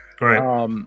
right